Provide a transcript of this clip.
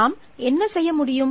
நாம் என்ன செய்ய முடியும்